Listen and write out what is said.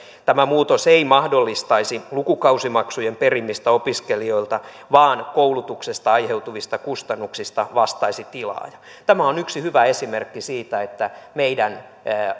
tämä muutos ei mahdollistaisi lukukausimaksujen perimistä opiskelijoilta vaan koulutuksesta aiheutuvista kustannuksista vastaisi tilaaja tämä on yksi hyvä esimerkki siitä että meidän